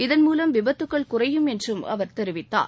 இதன்மூலம் விபத்துகள் குறையும் என்றும் அவர் தெரிவித்தார்